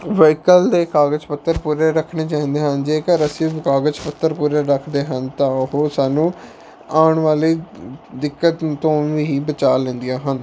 vehicle ਦੇ ਕਾਗਜ਼ ਪੱਤਰ ਪੂਰੇ ਰੱਖਣੇ ਚਾਹੀਦੇ ਹਨ ਜੇਕਰ ਅਸੀਂ ਉਹ ਕਾਗਜ਼ ਪੱਤਰ ਪੂਰੇ ਰੱਖਦੇ ਹਨ ਤਾਂ ਉਹ ਸਾਨੂੰ ਆਉਣ ਵਾਲੀ ਦਿੱਕਤ ਤੋਂ ਵੀ ਬਚਾ ਲੈਂਦੀਆਂ ਹਨ